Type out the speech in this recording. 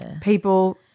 people